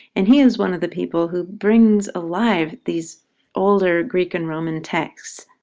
and he's one of the people who brings alive these older greek and roman texts.